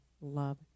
love